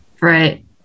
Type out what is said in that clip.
Right